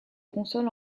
console